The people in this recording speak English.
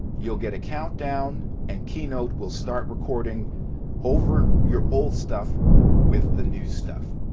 you'll get a countdown and keynote will start recording over your old stuff with the new stuff.